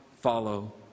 follow